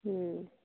ହୁଁ